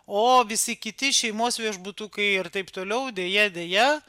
o visi kiti šeimos viešbutukai ir taip toliau deja deja